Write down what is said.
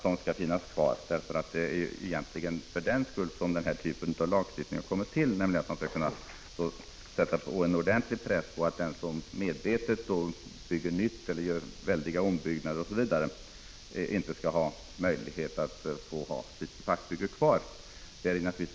De reglerna skall naturligtvis finnas kvar, eftersom lagstiftningen har kommit till just för att man skall kunna sätta ordentlig press på dem som medvetet bygger nytt och gör stora ombyggnader och liknande utan att ha inhämtat tillstånd. De skall inte ha möjligheter att ha kvar sitt svartbygge.